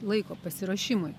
laiko pasiruošimui